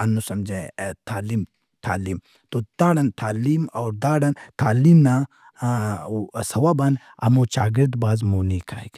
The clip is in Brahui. ہندن سمجھہ تعلیم تعلیم۔ تو داڑان تعلیم اور داڑان تعلیم نا سوب ان ہمو چاگِڑد بھاز مونی کائک۔